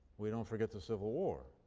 we don't forget the civil war.